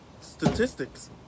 statistics